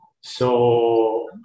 So-